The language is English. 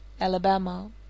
Alabama